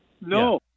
No